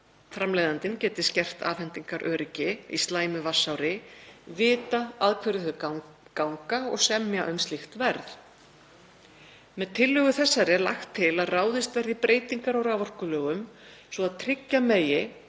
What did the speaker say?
framleiðandinn geti skert afhendingaröryggi í slæmu vatnsári vita að hverju þau ganga og semja um slíkt verð. Með tillögu þessari er lagt til að ráðist verði í breytingar á raforkulögum svo tryggja megi